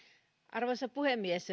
arvoisa puhemies